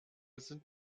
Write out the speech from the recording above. sind